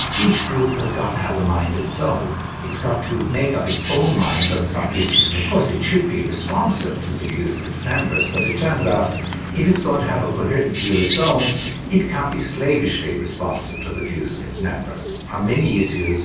each group has got to have a mind of its own, it's got to make up its own mind on some issues. of course, it should be responsive to the views of its members, but it turns out if it's going to have a coherent view of its own it can't be slavishly responsive to the views of its members. on many issues